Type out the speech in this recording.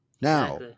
Now